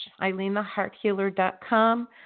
EileenTheHeartHealer.com